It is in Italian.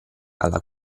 alla